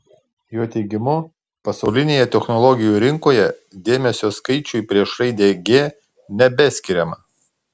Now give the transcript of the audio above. jo teigimu pasaulinėje technologijų rinkoje dėmesio skaičiui prieš raidę g nebeskiriama